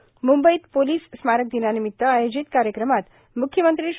म्ंबईत पोलिस स्मारक दिनानिमित्त आयोजित कार्यक्रमात म्ख्यमंत्री श्री